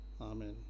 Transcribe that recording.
Amen